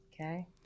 Okay